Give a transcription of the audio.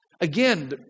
Again